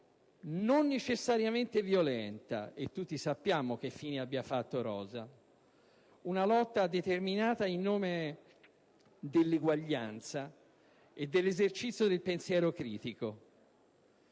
non necessariamente violenta (e tutti sappiamo che fine abbia fatto Rosa), una lotta determinata in nome dell'eguaglianza e dell'esercizio del pensiero critico,